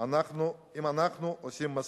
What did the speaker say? אם אנחנו עושים מספיק,